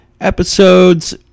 episodes